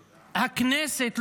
הכנסת,